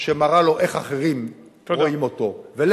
שמראה לו איך אחרים רואים אותו, תודה.